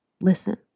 listen